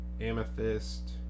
amethyst